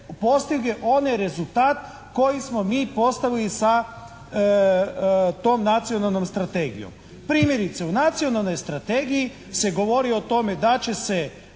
postigle onaj rezultat koji smo mi postavili sa tom Nacionalnom strategijom. Primjerice, u Nacionalnoj strategiji se govori o tome da će se